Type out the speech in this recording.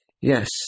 Yes